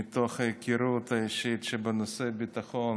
מתוך היכרות אישית, שבנושאי ביטחון